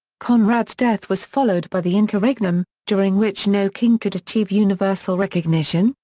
conrad's death was followed by the interregnum, during which no king could achieve universal recognition,